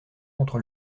contre